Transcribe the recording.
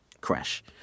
crash